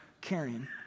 carrying